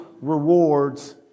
rewards